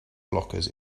blockers